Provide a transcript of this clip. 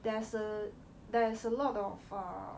there's a there's a lot of uh